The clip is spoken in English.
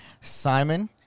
Simon